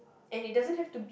and it doesn't have to be